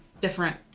different